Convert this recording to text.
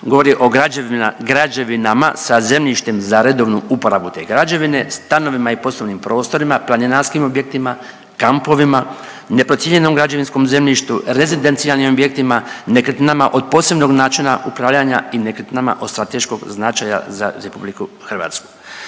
govori o građevinama sa zemljištem za redovnu uporabu te građevine, stanovima i poslovnim prostorima, planinarskim objektima, kampovima, neprocijenjenom građevinskom zemljištu, rezidencijalnim objektima, nekretnina od posebnog načina upravljanja i nekretninama od strateškog značaja za RH.